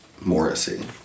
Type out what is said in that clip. Morrissey